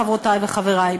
חברותי וחברי,